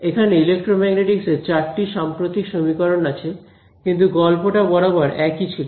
এখানে ইলেক্ট্রোম্যাগনেটিকস এর চারটি সাম্প্রতিক সমীকরণ আছে কিন্তু গল্পটা বরাবর একই ছিল